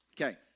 Okay